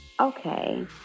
Okay